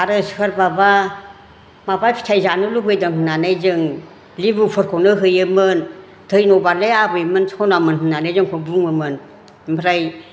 आरो सोरबाबा माबा फिथाइ जानो लुगैदों होननानै जों लेबुफोरखौनो हैयोमोन धैन'बादलै आबैमोन सनामोन होननानै जोंखौ बुङोमोन ओमफ्राय